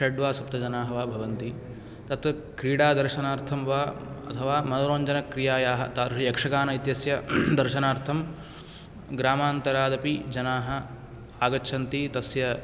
षड् वा सप्तजनाः वा भवन्ति तत् क्रीडादर्शनार्थं वा अथवा मनोरञ्जनक्रियायाः तादृशी यक्षगान इत्यस्य दर्शनार्थं ग्रामान्तरादपि जनाः आगच्छन्ति तस्य